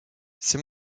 ses